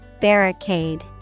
Barricade